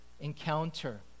encounter